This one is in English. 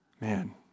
Man